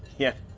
yeah.